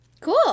cool